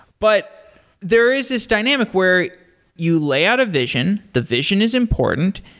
but there is this dynamic where you lay out a vision, the vision is important,